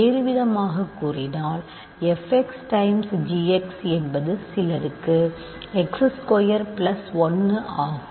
வேறுவிதமாகக் கூறினால் f x times g x என்பது சிலருக்கு x ஸ்கொயர் 1 ஆகும்